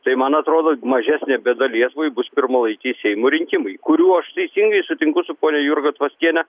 tai man atrodo mažesnė bėda lietuvai bus pirmalaikiai seimo rinkimai kurių aš teisingai sutinku su ponia jurga tvaskiene